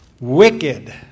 Wicked